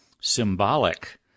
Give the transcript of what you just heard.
symbolic